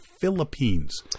Philippines